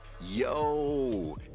Yo